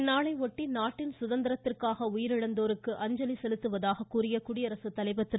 இந்நாளையொட்டி நாட்டின் சுதந்திரத்திற்காக உயிரிழந்தோருக்கு அஞ்சலி செலுத்துவதாக கூறிய குடியரசுத்தலைவர் திரு